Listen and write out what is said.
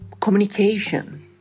communication